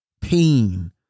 pain